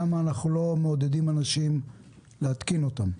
למה אנחנו לא מעודדים אנשים להתקין אותם.